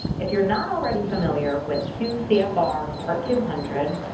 if you're not already familiar with two c f r. part two hundred,